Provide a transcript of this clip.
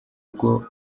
ubwo